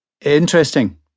Interesting